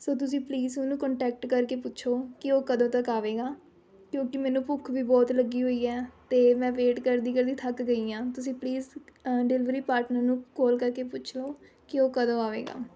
sir ਤੁਸੀਂ please ਉਹਨੂੰ contact ਕਰਕੇ ਪੁੱਛੋ ਕਿ ਉਹ ਕਦੋਂ ਤੱਕ ਆਵੇਗਾ ਕਿਉਂਕਿ ਮੈਨੂੰ ਭੁੱਖ ਵੀ ਬਹੁਤ ਲੱਗੀ ਹੋਈ ਹੈ ਅਤੇ ਮੈਂ ਵੇਟ ਕਰਦੀ ਕਰਦੀ ਥੱਕ ਗਈ ਹਾਂ ਤੁਸੀਂ ਪਲੀਜ਼ ਡਿਲੀਵਰੀ ਪਾਰਟਨਰ ਨੂੰ ਕਾਲ ਕਰਕੇ ਕੇ ਪੁੱਛੋ ਕਿ ਉਹ ਕਦੋਂ ਆਵੇਗਾ